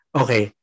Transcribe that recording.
okay